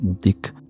Dick